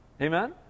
Amen